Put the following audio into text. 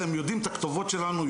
הרי הם יודעים את הכתובות שלנו,